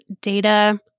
data